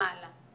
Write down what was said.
כן.